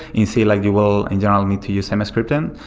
you see like you will in general need to use emscripten.